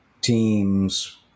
teams